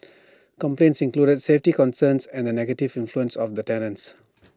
complaints included safety concerns and the negative influence of the tenants